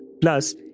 Plus